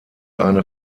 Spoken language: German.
eine